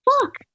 fuck